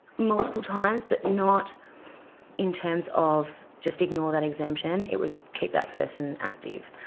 multiple times, but not in terms of just ignore that exemption. it was keep that person active,